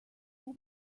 will